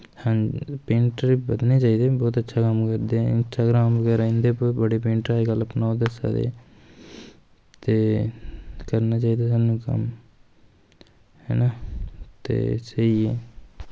painter बधने चाही दे न बौह्त अच्छा कम्म करदे न इंस्टाग्रम इंदे पर बी पेंटर बौह्त अच्छा ओह् दस्सा दे ते करनां चाही दा स्हानू कम्म हैना ते स्हेई ऐ